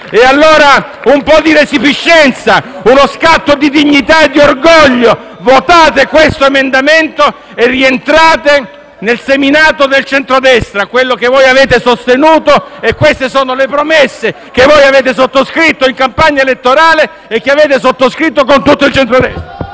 E allora un po' di resipiscenza, uno scatto di dignità e di orgoglio: votate questo emendamento e rientrate nel seminato del centrodestra, quello che voi avete sostenuto. Queste sono le promesse che voi avete sottoscritto in campagna elettorale e che avete sottoscritto con tutto il centrodestra.